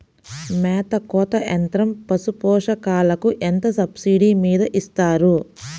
మేత కోత యంత్రం పశుపోషకాలకు ఎంత సబ్సిడీ మీద ఇస్తారు?